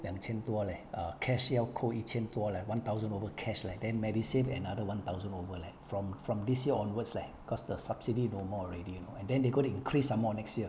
两千多 leh ugh cash 要扣一千多 leh one thousand over cash leh then medisave another one thousand over leh from from this year onwards leh cause the subsidy no more already you know and then they going to increase some more next year